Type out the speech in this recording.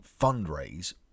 fundraise